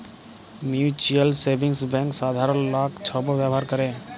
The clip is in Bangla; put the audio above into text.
মিউচ্যুয়াল সেভিংস ব্যাংক সাধারল লক ছব ব্যাভার ক্যরে